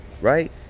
right